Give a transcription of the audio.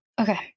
Okay